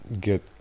get